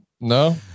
No